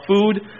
food